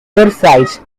oversight